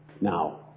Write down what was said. Now